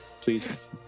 please